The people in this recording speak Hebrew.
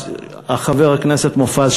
חבר הכנסת מופז,